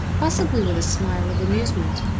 possibly with a smile of amusement,